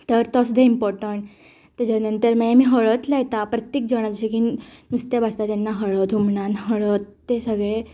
तर तो सुद्दां इमपोर्टंट तेच्या नंतर मागीर आमी हळद लायता प्रत्येक जाणा जशें की नुस्तें भाजता तेन्ना हळद हुमणान हळद तें सगळें